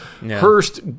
Hurst